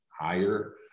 higher